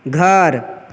घर